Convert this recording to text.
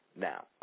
Now